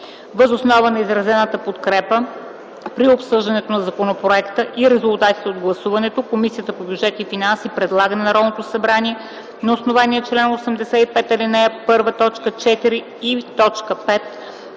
Въз основа на изразената подкрепа при обсъждането на законопроекта и резултатите от гласуването Комисията по бюджет и финанси предлага на Народното събрание на основание чл. 85, ал. 1, т.